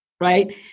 Right